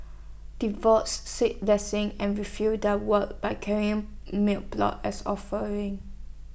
devotees seek blessings and refill their vows by carrying milk plot as offerings